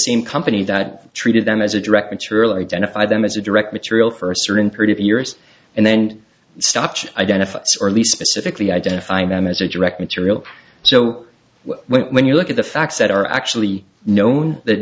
same company that treated them as a direct material identify them as a direct material for a certain period of years and then stopped identified early specifically identifying them as a direct material so when you look at the facts that are actually known that